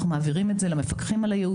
אנחנו מעבירים את זה למפקחים על הייעוץ,